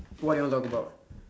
what you want to talk about